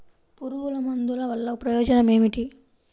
పురుగుల మందుల వల్ల ప్రయోజనం ఏమిటీ?